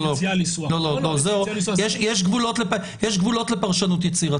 לא לא, יש גבולות לפרשנות יצירתית.